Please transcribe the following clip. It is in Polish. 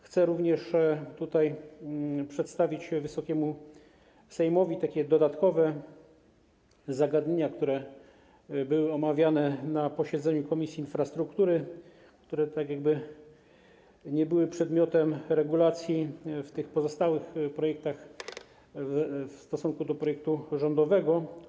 Chcę również przedstawić Wysokiemu Sejmowi takie dodatkowe zagadnienia, które były omawiane na posiedzeniu Komisji Infrastruktury, które nie były przedmiotem regulacji w tych pozostałych projektach w stosunku do projektu rządowego.